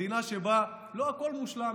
מדינה שבה לא הכול מושלם,